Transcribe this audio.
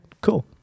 cool